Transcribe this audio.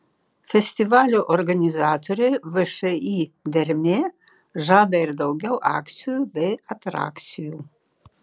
festivalio organizatorė všį dermė žada ir daugiau akcijų bei atrakcijų